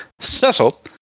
Cecil